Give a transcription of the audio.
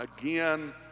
again